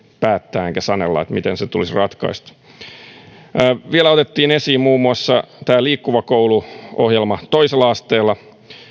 päättää enkä sanella miten se tulisi ratkaista vielä otettiin esiin muun muassa liikkuva koulu ohjelma toisella asteella